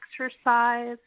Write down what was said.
exercise